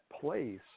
place